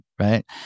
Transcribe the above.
right